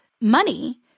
money